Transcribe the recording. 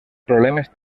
problemes